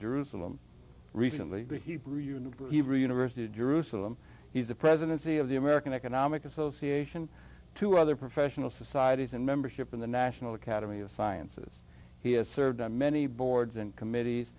jerusalem recently the hebrew university re university in jerusalem he's the presidency of the american economic association to other professional societies and membership in the national academy of sciences he has served on many boards and committees